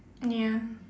ya